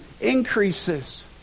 increases